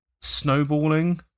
snowballing